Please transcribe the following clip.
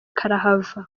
karahava